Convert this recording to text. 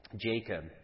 Jacob